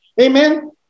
Amen